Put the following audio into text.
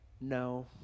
no